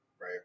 right